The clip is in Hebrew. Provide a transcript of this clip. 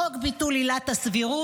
חוק ביטול עילת הסבירות,